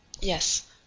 Yes